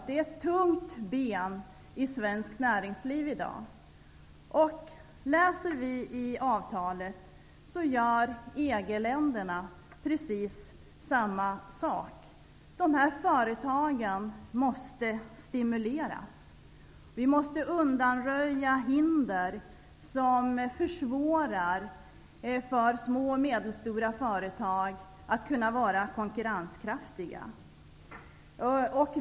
Det är ett viktigt ben i svenskt näringsliv i dag. I avtalet kan vi läsa att man i EG länderna gör precis samma sak. De små och medelstora företagen måste stimuleras. Vi måste undanröja hinder som försvårar för små och medelstora företag att kunna vara konkurrenskraftiga.